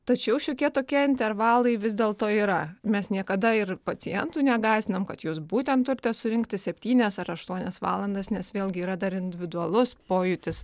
tačiau šiokie tokie intervalai vis dėlto yra mes niekada ir pacientų negąsdinam kad jūs būtent turite surinkti septynias ar aštuonias valandas nes vėlgi yra dar individualus pojūtis